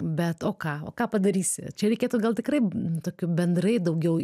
bet o ką o ką padarysi čia reikėtų gal tikrai tokių bendrai daugiau